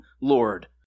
Lord